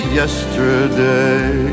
yesterday